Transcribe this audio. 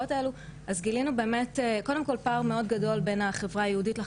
מצאנו שבחברה הערבית מאוד מגוייסים לעזור,